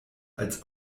als